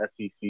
SEC